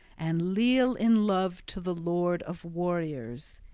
and leal in love to the lord of warriors.